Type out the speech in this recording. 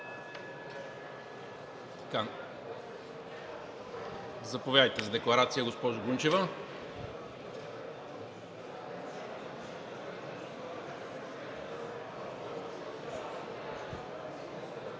Заповядайте за декларация, госпожо Гунчева.